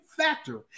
factor